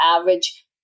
average